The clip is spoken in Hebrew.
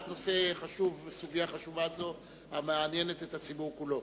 נושא חשוב וסוגיה חשובה זו המעניינת את הציבור כולו.